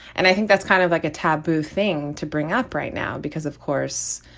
and i think that's kind of like a taboo thing to bring up right now, because, of course,